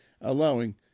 allowing